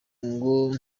ngo